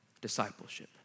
Discipleship